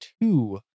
two